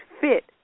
fit